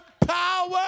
power